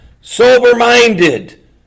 sober-minded